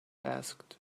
asked